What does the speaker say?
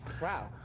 Wow